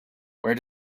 where